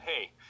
hey